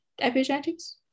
epigenetics